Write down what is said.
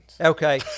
Okay